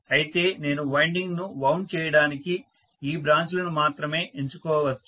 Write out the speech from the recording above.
అయితే నేను వైండింగ్ ను వౌండ్ చేయడానికి ఈ బ్రాంచ్ లను మాత్రమే ఎంచుకోవచ్చు